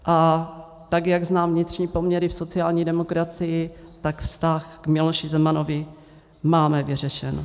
A tak jak znám vnitřní poměry v sociální demokracii, vztah k Miloši Zemanovi máme vyřešen.